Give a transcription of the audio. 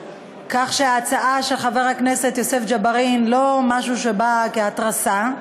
כך שההצעה של חבר הכנסת יוסף ג'בארין לא באה כהתרסה,